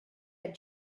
had